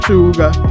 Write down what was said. Sugar